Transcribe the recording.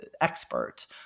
expert